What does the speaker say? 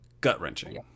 gut-wrenching